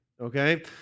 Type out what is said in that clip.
okay